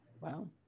Wow